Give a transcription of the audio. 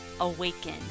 Awaken